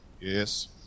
Yes